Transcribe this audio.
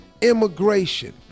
Immigration